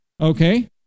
okay